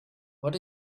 what